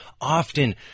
often